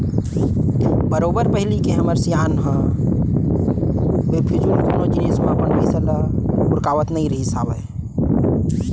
बरोबर पहिली के हमर सियान मन ह बेफिजूल कोनो जिनिस मन म अपन पइसा ल उरकावत नइ रहिस हावय